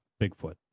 bigfoot